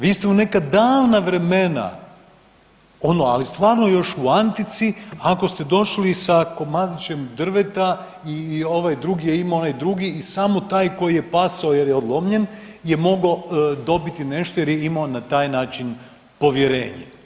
Vi ste u neka davna vremena ono, ali stvarno još u Antici ako ste došli sa komadićem drveta i ovaj drugi je imao onaj drugi i samo taj koji je pasao jer je odlomljen je mogao dobiti nešto jer je imao na taj način povjerenje.